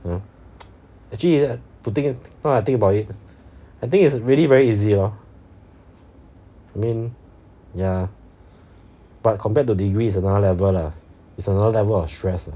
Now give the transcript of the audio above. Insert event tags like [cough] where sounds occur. well [noise] actually ah to think now I think about it I think it's really very easy lor I mean ya but compared to degree is another level lah it's another level of stress lah